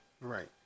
Right